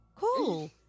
cool